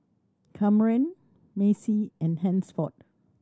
Camren Macy and Hansford